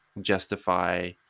justify